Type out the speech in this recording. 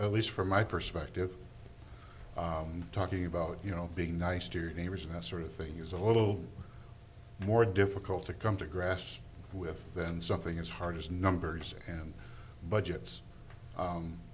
at least from my perspective talking about you know being nice to your neighbors and that sort of thing is a little more difficult to come to grass with than something as hard as numbers and budgets